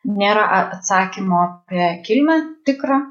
nėra atsakymo apie kilmę tikrą